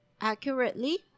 accurately